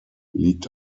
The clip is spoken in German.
liegt